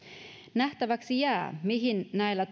nähtäväksi jää mihin näillä